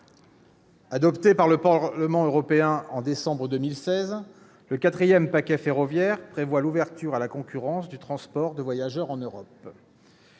Adopté par le Parlement européen en décembre 2016, le quatrième paquet ferroviaire prévoit l'ouverture à la concurrence du transport de voyageurs en Europe.